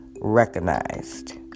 recognized